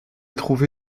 trouvé